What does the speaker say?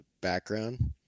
background